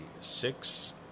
six